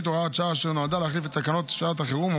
הוראת השעה אשר נועדה להחליף את תקנות שעת החירום.